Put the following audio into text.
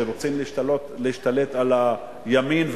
שרוצים להשתלט על הימין,